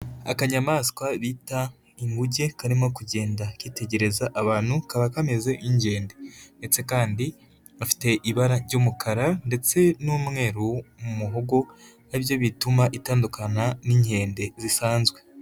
Akanyamaswa bita inguge karimo kugenda kitegereza abantu, kaba kameze nk'inkende ndetse kandi gafite ibara ry'umukara ndetse n'umweru mu muhogo, ari byo bituma itandukana n'inkende zisanzwe.